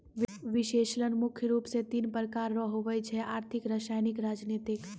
विश्लेषण मुख्य रूप से तीन प्रकार रो हुवै छै आर्थिक रसायनिक राजनीतिक